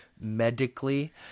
medically